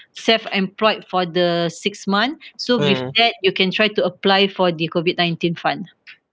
self-employed for the six month so with that you can try to apply for the COVID nineteen fund